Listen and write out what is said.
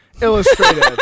illustrated